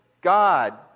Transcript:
God